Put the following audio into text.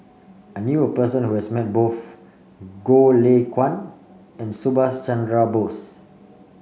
I knew a person who has met both Goh Lay Kuan and Subhas Chandra Bose